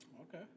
okay